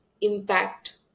impact